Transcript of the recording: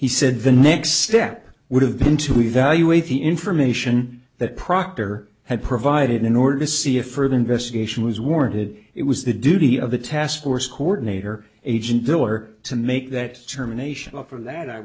he said the next step would have been to evaluate the information that proctor had provided in order to see if further investigation was warranted it was the duty of the task force coordinator agent diller to make that determination up from that i